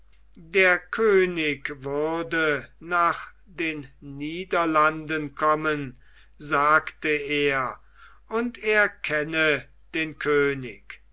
der könig würde nach den niederlanden kommen sagte er und er kenne den könig